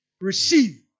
Receive